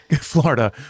Florida